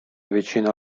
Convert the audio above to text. vicino